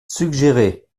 suggérer